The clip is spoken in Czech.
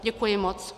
Děkuji moc.